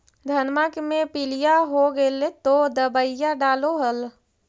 धनमा मे पीलिया हो गेल तो दबैया डालो हल?